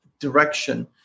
direction